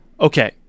Okay